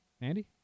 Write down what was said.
Andy